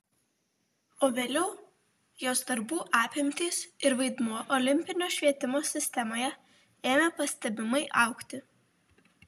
o vėliau jos darbų apimtys ir vaidmuo olimpinio švietimo sistemoje ėmė pastebimai augti